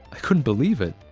i couldn't believe it.